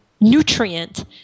nutrient